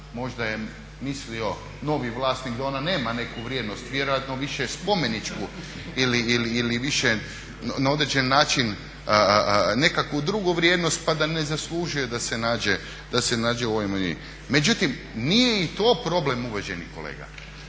možda je mislio novi vlasnik da ona nema neku vrijednost, vjerojatno više spomeničku ili na određeni način nekakvu drugu vrijednost pa ne zaslužuje da se nađe u ovoj … Međutim nije ni to problem uvaženi kolega.